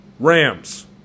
Rams